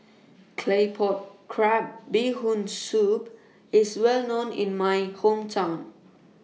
Claypot Crab Bee Hoon Soup IS Well known in My Hometown